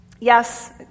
Yes